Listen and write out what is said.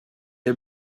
est